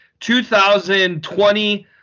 2020